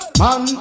man